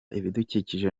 ibidukikije